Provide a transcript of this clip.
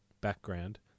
background